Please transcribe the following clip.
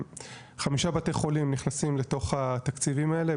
חמישה בתי חולים נכנסים לתוך התקציבים האלה,